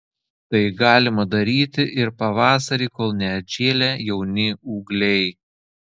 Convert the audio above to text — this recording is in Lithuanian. tai galima daryti ir pavasarį kol neatžėlę jauni ūgliai